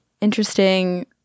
Interesting